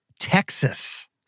Texas